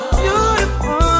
beautiful